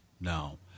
No